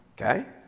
Okay